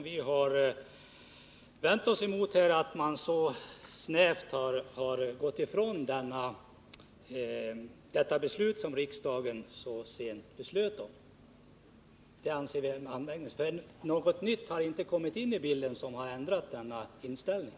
Vi har vänt oss emot att man på det här sättet gått ifrån detta av riksdagen så nyligen fattade beslut. Det anser vi anmärkningsvärt. Såvitt vi kan finna har inte något nytt kommit in i bilden som motiverar en ändrad inställning.